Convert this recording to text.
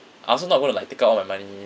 I also not going to like take out all my money